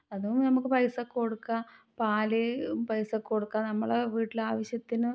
അതും നമുക്ക് പൈസക്ക് കൊടുക്കാം പാൽ പൈസക്ക് കൊടുക്കാം നമ്മളുടെ വീട്ടിലെ ആവശ്യത്തിന്